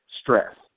stress